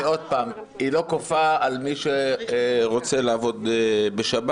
היא לא כופה על מי שלא רוצה לעבוד בשבת.